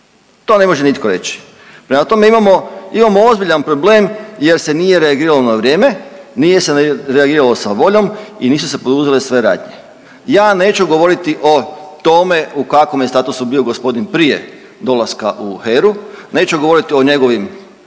to ne može nitko reći. Prema tome imamo, imamo ozbiljan problem jer se nije reagiralo na vrijeme, nije se reagiralo sa voljom i nisu se poduzele sve radnje. Ja neću govoriti o tome u kakvom je statusu bio gospodin prije dolaska u HERA-u, neću govoriti o njegovim